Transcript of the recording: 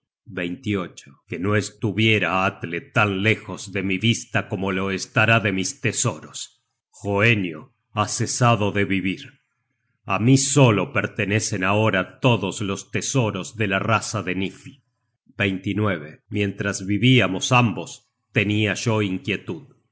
hermano que no estuviera atle tan lejos de mi vista como lo estará de mis tesoros hoenio ha cesado de vivir á mí solo pertenecen ahora todos los tesoros de la raza de nifl mientras vivíamos ambos tenia yo inquietud